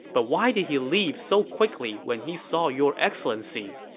but why did he leave so quickly when he saw your excellency?